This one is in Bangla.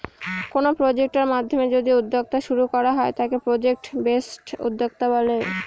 কোনো প্রজেক্টের মাধ্যমে যদি উদ্যোক্তা শুরু করা হয় তাকে প্রজেক্ট বেসড উদ্যোক্তা বলে